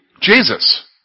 Jesus